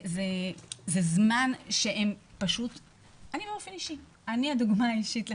אני הדוגמה האישית לכך,